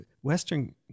Western